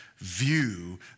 view